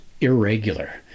irregular